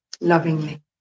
lovingly